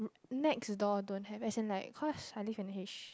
next door don't have as in like cause I live in H